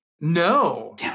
No